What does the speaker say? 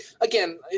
Again